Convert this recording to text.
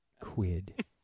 Quid